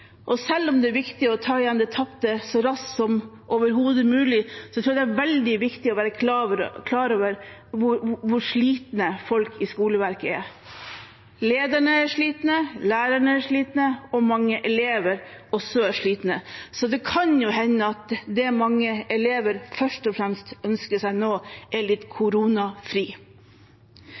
Selv om det er viktig å ta igjen det tapte så raskt som overhodet mulig, tror jeg det er veldig viktig å være klar over hvor slitne folk i skoleverket er. Lederne er slitne, lærerne er slitne, og mange elever er også slitne. Så det kan jo hende at det mange elever først og fremst ønsker seg nå, er litt koronafri.